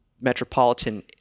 metropolitan